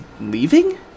leaving